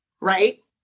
right